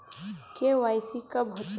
KYC कब होचे?